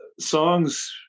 songs